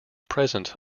present